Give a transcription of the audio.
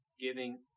giving